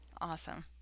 Awesome